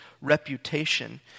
reputation